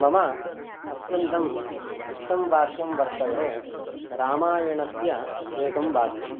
मम अत्यन्तम् इष्टं वाक्यं वर्तते रामायणस्य एकं वाक्यम्